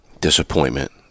disappointment